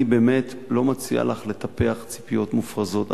אני באמת לא מציע לך לטפח ציפיות מופרזות,